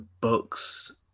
book's